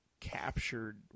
captured